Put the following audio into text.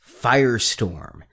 Firestorm